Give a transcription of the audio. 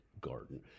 garden